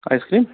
ice cream